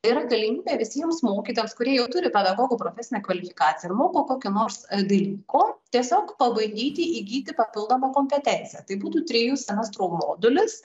yra galimybė visiems mokytojams kurie jau turi pedagogo profesinę kvalifikaciją moko koki nors dalyko tiesiog pabandyti įgyti papildomą kompetenciją tai būtų trijų semestrų modulis